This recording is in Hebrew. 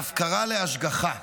מהפקרה להשגחה.